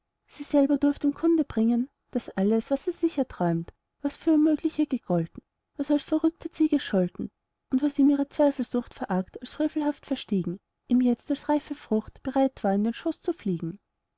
sie selber durft ihm kunde bringen daß alles was er sich erträumt was für unmöglich ihr gegolten was als verrücktheit sie gescholten und was ihm ihre zweifelsucht verargt als frevelhaft verstiegen ihm jetzt als eine reife frucht bereit war in den schoß zu fliegen